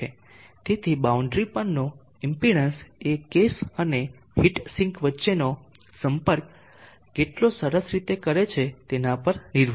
તેથી બાઉન્ડરી પરનો ઇમ્પેડન્સ એ કેસ અને હીટ સિંક વચ્ચેનો સંપર્ક કેટલો સરસ રીતે છે તેના પર નિર્ભર છે